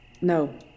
no